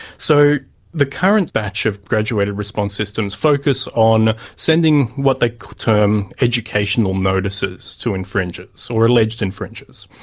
so the current batch of graduated response systems focus on sending what they term educational notices to infringers or alleged infringers.